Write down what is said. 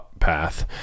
path